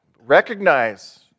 Recognize